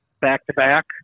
back-to-back